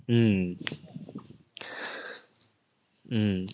mm mm